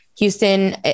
Houston